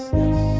yes